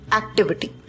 activity